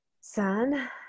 son